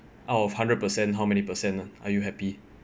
out of hundred percent how many percent are you happy